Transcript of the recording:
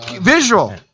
Visual